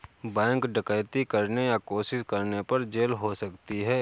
bank डकैती करने या कोशिश करने पर जेल हो सकती है